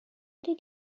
did